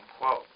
quote